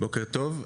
בוקר טוב.